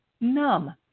numb